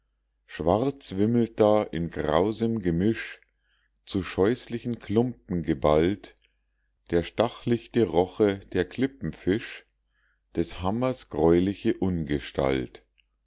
schwarz wimmelten da in grausem gemisch zu scheußlichen klumpen geballt der stachlichte roche der klippenfisch des hammers greuliche ungestalt